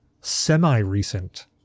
semi-recent